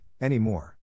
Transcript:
anymore